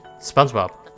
SpongeBob